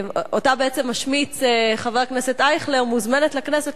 שאותה משמיץ חבר הכנסת אייכלר מוזמנת לכנסת